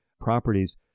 properties